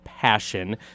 Passion